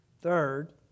Third